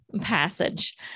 passage